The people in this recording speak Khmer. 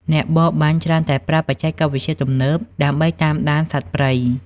អ្នកបរបាញ់ច្រើនតែប្រើបច្ចេកវិទ្យាទំនើបដើម្បីតាមដានសត្វព្រៃ។